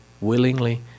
willingly